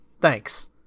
thanks